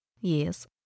Yes